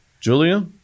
Julia